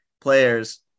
players